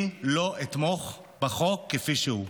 אני לא אתמוך בחוק כפי שהוא.